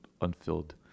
unfilled